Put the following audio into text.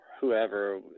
whoever